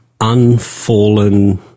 unfallen